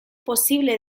posible